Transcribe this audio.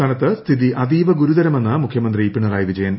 സംസ്ഥാനത്ത് സ്ഥിതി അതീവ ഗുരുതരമെന്ന് മുഖ്യമന്ത്രി പിണറായി വിജയൻ